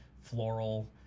floral